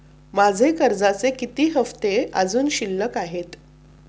माझे कर्जाचे किती हफ्ते अजुन शिल्लक आहेत?